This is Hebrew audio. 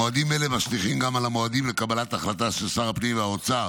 מועדים אלה משליכים גם על המועדים לקבלת החלטה של שר הפנים והאוצר